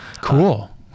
Cool